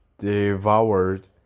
devoured